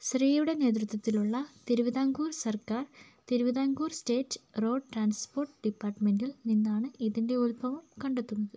ശ്രീയുടെ നേതൃത്വത്തിലുള്ള തിരുവിതാംകൂർ സർക്കാർ Thiruvithamkoor state road transport ഡിപ്പാർട്ട്മെൻറ്റിൽ നിന്നാണ് ഇതിന്റെ ഉത്ഭവം കണ്ടെത്തുന്നത്